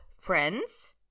Friends